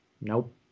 Nope